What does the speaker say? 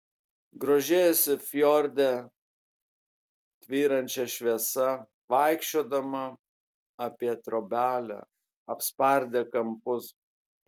grožėjosi fjorde tvyrančia šviesa vaikščiodama apie trobelę apspardė kampus